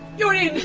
you're in!